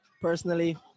Personally